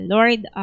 Lord